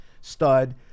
stud